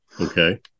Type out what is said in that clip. Okay